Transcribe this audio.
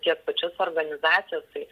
tiek pačias organizacijas tai